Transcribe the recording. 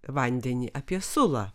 vandenį apie sulą